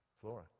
Flora